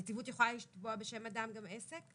הנציבות יכולה לתבוע בשם אדם גם עסק?